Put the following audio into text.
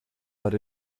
but